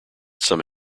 some